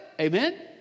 Amen